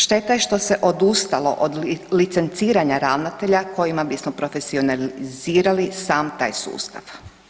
Šteta je što se odustalo od licenciranja ravnatelja kojima bismo profesionalizirali sam taj sustav.